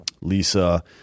Lisa